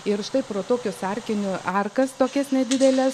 ir štai pro tokius arkinių arkas tokias nedideles